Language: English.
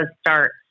start